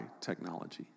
technology